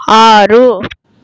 ఆరు